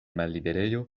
malliberejo